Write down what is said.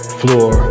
floor